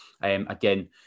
again